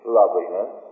loveliness